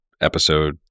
episode